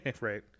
Right